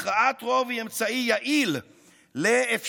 הכרעת רוב היא אמצעי יעיל לאפשרות